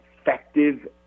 effective